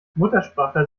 muttersprachler